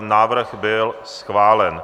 Návrh byl schválen.